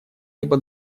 либо